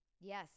Yes